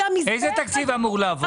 איזה תקציב אמור לעבור?